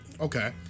Okay